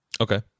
Okay